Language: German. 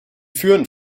führen